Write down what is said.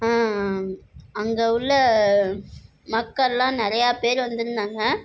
அங்கே உள்ள மக்களெலாம் நிறையா பேர் வந்திருந்தாங்க